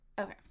Okay